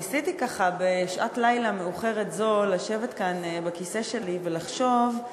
ניסיתי בשעת לילה מאוחרת זו לשבת בכיסא שלי ולחשוב,